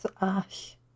Ash